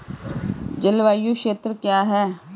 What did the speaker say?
जलवायु क्षेत्र क्या है?